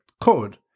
code